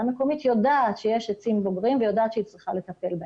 המקומית יודעת שיש עצים בוגרים והיא יודעת שהיא צריכה לטפל בהם.